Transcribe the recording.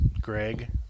Greg